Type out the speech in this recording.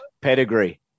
pedigree